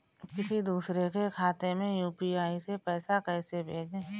किसी दूसरे के खाते में यू.पी.आई से पैसा कैसे भेजें?